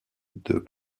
deux